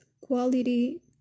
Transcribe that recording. quality